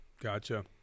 Gotcha